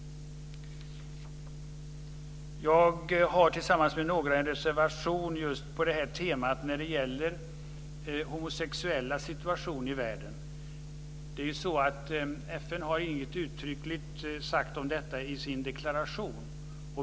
Jag har tillsammans med några en reservation just på temat homosexuellas situation i världen. FN har inget uttryckligt sagt om detta i sin deklaration.